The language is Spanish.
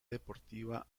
deportiva